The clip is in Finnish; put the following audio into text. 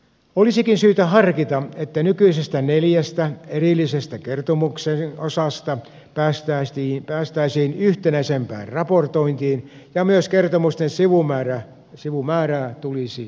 olisikin syytä harkita että nykyisestä neljästä erillisestä kertomuksen osasta päästäisiin yhtenäisempään raportointiin ja myös kertomusten sivumäärää tulisi vähentää